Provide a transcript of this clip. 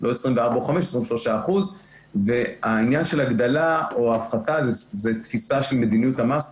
לא 24% או 25%. והעניין של הגדלה או הפחתה זו תפיסה של מדיניות המס.